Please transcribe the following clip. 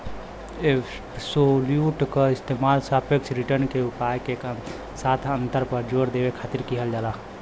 absolute क इस्तेमाल सापेक्ष रिटर्न के उपाय के साथ अंतर पर जोर देवे खातिर किहल जाला